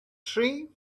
three